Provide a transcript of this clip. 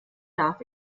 darf